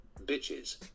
bitches